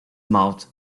mouth